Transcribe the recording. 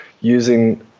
using